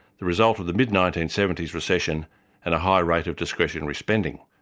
the result of the mid nineteen seventy s recession and a high rate of discretionary spending.